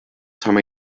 time